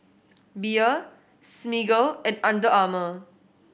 Bia Smiggle and Under Armour